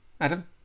adam